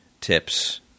tips